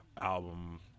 album